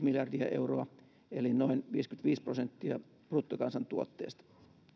miljardia euroa eli noin viisikymmentäviisi prosenttia bruttokansantuotteesta